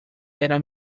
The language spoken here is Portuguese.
era